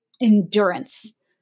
endurance